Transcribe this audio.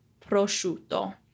prosciutto